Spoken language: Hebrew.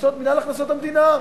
מינהל הכנסות המדינה.